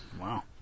wow